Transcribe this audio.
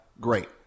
great